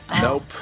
Nope